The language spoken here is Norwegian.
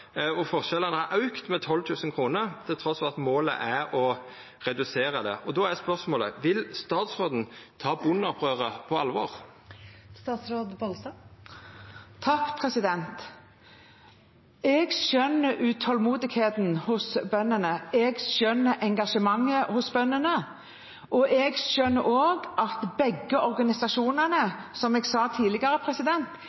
og forskjellane har auka med 12 000 kr, trass i at målet er å redusera det. Då er spørsmålet: Vil statsråden ta bondeopprøret på alvor? Jeg skjønner utålmodigheten hos bøndene. Jeg skjønner engasjementet hos bøndene. Jeg skjønner også at begge